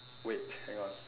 wait hang on